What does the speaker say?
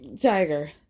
Tiger